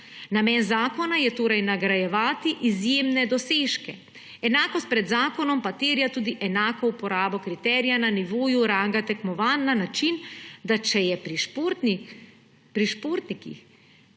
Namen zakona je torej nagrajevati izjemne dosežke, enakost pred zakonom pa terja tudi enako uporabo kriterija na nivoju ranga tekmovanj na način, da če je pri športnikih